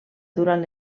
durant